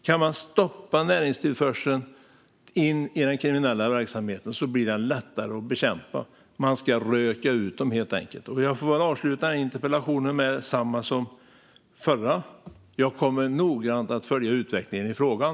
Kan man stoppa näringstillförseln till den kriminella verksamheten blir den lättare att bekämpa. Man ska röka ut dem, helt enkelt. Jag får väl avsluta den här interpellationsdebatten på samma sätt som den förra: Jag kommer noggrant att följa utvecklingen i frågan.